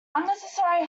unnecessary